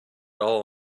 all